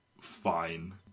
fine